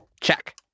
Check